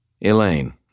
Elaine